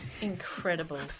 Incredible